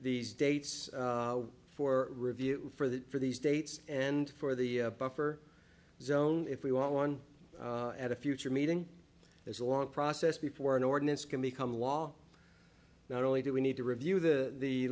these dates for review for that for these dates and for the buffer zone if we want one at a future meeting there's a long process before an ordinance can become law not only do we need to review the the